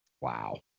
Wow